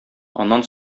аннан